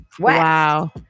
Wow